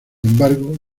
embargo